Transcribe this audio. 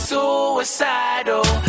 Suicidal